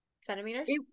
Centimeters